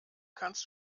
kannst